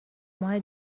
ماه